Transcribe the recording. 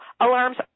alarms